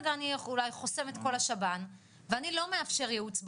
אני אולי חוסם את כל השב"ן ואני לא מאפשר ייעוץ בחוץ.